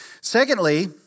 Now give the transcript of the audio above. Secondly